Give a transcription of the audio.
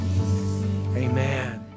amen